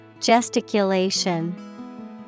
Gesticulation